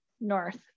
north